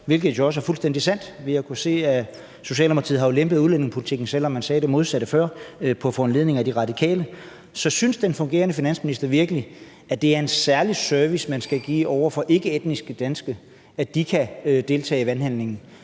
hvilket jo også er fuldstændig sandt. Vi har jo kunnet se, at Socialdemokratiet har lempet udlændingepolitikken, selv om man sagde det modsatte før valget, på foranledning af De Radikale. Så synes den fungerende finansminister virkelig, at det er en særlig service, man skal give til ikkeetniske danskere, for at de kan deltage i valghandlingen?